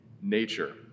nature